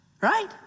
right